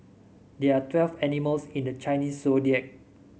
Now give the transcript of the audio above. there are twelve animals in the Chinese Zodiac